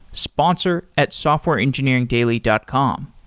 sponsor at softwareengineeringdaily dot com.